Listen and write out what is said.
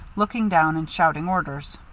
looking down and shouting orders.